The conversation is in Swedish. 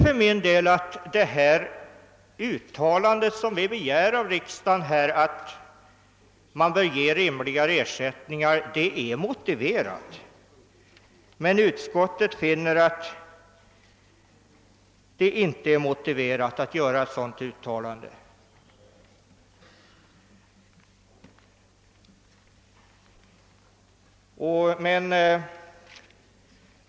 För min del tycker jag att det uttalande som vi begär av riksdagen, nämligen att rimligare ersättningar i naturvårdsärenden redan nu bör utges till markägare, är väl underbyggt, men utskottet finner det inte motiverat att göra ett sådant uttalande.